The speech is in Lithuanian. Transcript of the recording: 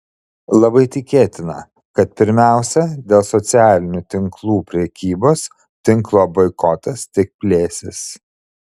labai tikėtina kad pirmiausia dėl socialinių tinklų prekybos tinklo boikotas tik plėsis